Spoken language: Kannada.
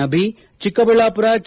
ನಬಿ ಚಿಕ್ಕಬಳ್ಳಾಪುರ ಕೆ